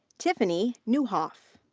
tiffany neuhoff.